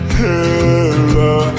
hella